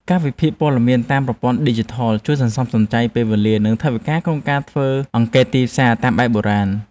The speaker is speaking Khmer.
ការវិភាគព័ត៌មានតាមប្រព័ន្ធឌីជីថលជួយសន្សំសំចៃពេលវេលា និងថវិកាក្នុងការធ្វើអង្កេតទីផ្សារតាមបែបបុរាណ។